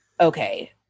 Okay